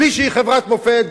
בלי שהיא חברת מופת,